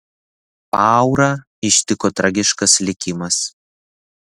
paurą ištiko tragiškas likimas